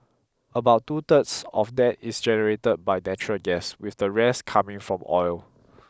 about two thirds of that is generator by natural gas with the rest coming from oil